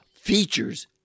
features